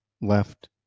left